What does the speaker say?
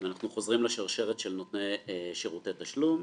אנחנו חוזרים לשרשרת של נותני שירותי תשלום.